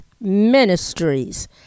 Ministries